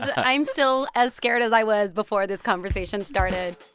i'm still as scared as i was before this conversation started